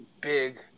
big